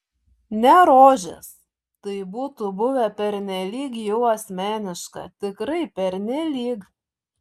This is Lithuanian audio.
ne rožės tai būtų buvę pernelyg jau asmeniška tikrai pernelyg